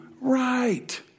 right